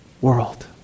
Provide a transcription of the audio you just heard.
world